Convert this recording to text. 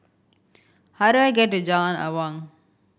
how do I get to Jalan Awang